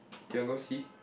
you want go see